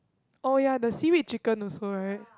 oh ya the seaweed chicken also right